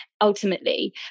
ultimately